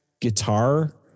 guitar